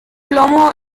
plomo